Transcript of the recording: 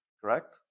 correct